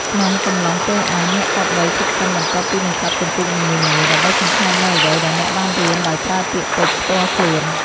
ក្នុងកំឡុងពេលអាន អ្នកគប្បីឈប់សិនបន្ទាប់ពីបញ្ចប់ជំពូកនីមួយៗ ដើម្បីសង្ខេបនូវអ្វីដែលអ្នកបានរៀនដោយប្រើពាក្យពេចន៍ផ្ទាល់ខ្លួន។